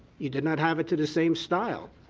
you did not have it to the same style.